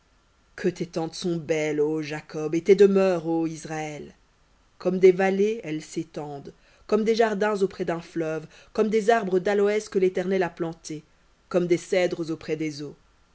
que tes tentes sont belles ô jacob et tes demeures ô israël comme des vallées elles s'étendent comme des jardins auprès d'un fleuve comme des arbres d'aloès que l'éternel a plantés comme des cèdres auprès des eaux